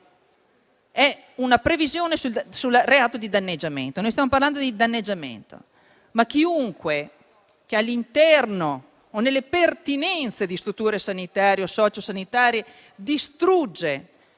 è una previsione sul reato di danneggiamento. Stiamo parlando di danneggiamento e di chiunque, all'interno o nelle pertinenze di strutture sanitarie o socio-sanitarie, distrugge